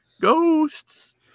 ghosts